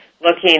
looking